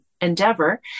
endeavor